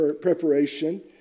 preparation